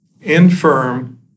infirm